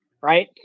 Right